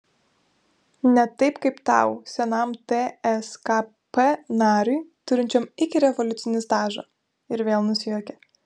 ne taip kaip tau senam tskp nariui turinčiam ikirevoliucinį stažą ir vėl nusijuokė